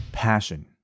passion